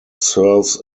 serves